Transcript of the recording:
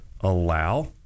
allow